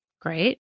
Great